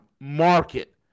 market